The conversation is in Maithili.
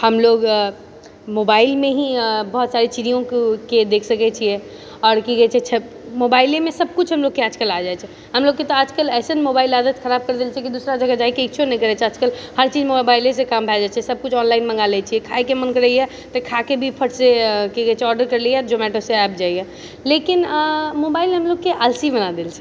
हमलोग मोबाइलमे ही बहुत सारे चिड़ियौँके देख सकैत छियै आओर की कहै छै मोबाइलेमे सबकिछु हमलोग खिंचके लऽ जाइ छै हमलोगके तऽ आजकल एसन मोबाइलके आदत खराब पड़ि गेल छै कि दूसरा जगह जाइक इच्छो नहि करै छै आजकल हर चीजमे मोबाइले से काम भए जाइ छै सबकिछु ऑनलाइन मङ्गा लै छियै खायके मन करैए तऽ खाएके भी की कहै छै फट से की कहै छै ऑर्डर करलिए जोमैटो से आबि जाइए लेकिन मोबाइल हमलोगके आलसी बनाए देने छै